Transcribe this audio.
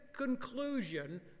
conclusion